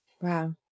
Wow